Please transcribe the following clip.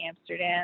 amsterdam